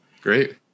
great